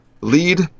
lead